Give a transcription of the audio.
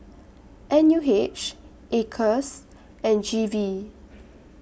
N U H Acres and G V